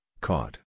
caught